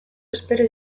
espero